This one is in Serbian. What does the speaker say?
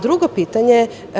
Drugo pitanje.